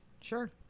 Sure